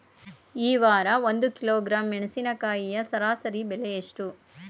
ಈ ವಾರ ಒಂದು ಕಿಲೋಗ್ರಾಂ ಮೆಣಸಿನಕಾಯಿಯ ಸರಾಸರಿ ಬೆಲೆ ಎಷ್ಟು?